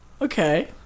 Okay